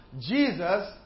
Jesus